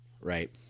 Right